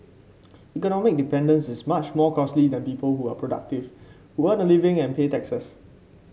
economic dependence is much more costly than people who are productive who earn a living and pay taxes